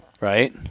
Right